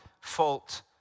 fault